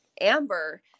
Amber